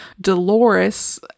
Dolores